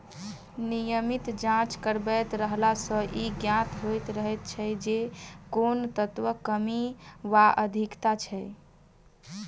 नियमित जाँच करबैत रहला सॅ ई ज्ञात होइत रहैत छै जे कोन तत्वक कमी वा अधिकता छै